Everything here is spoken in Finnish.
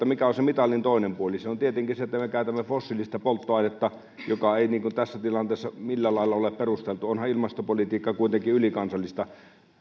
mikä on se mitalin toinen puoli ja se on tietenkin se että me käytämme fossiilista polttoainetta mikä ei tässä tilanteessa millään lailla ole perusteltua onhan ilmastopolitiikka kuitenkin ylikansallista